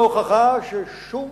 והוא ההוכחה ששום